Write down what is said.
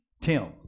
Tim